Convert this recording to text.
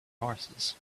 horses